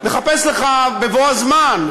נחפש לך בבוא הזמן,